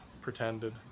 pretended